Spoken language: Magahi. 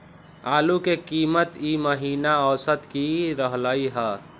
आलू के कीमत ई महिना औसत की रहलई ह?